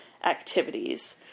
activities